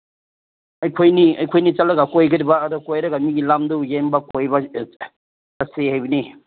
ꯑꯩꯈꯣꯏꯅꯤ ꯑꯩꯈꯣꯏꯅꯤ ꯆꯠꯂꯒ ꯀꯣꯏꯒꯗꯕ ꯑꯗꯣ ꯀꯣꯏꯔꯒ ꯃꯤꯒꯤ ꯂꯝꯗꯨ ꯌꯦꯡꯕ ꯀꯣꯏꯕ ꯆꯠꯁꯤ ꯍꯥꯏꯕꯅꯤ